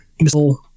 missile